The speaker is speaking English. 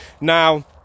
Now